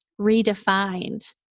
redefined